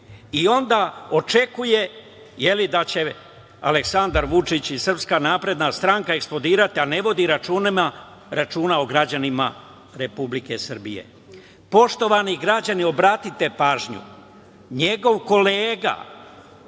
i ona očekuje da će Aleksandar Vučić i SNS eksplodirati, a ne vodi računa o građanima Republike Srbije. Poštovani građani, obratite pažnju, njegov kolega,